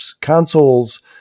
consoles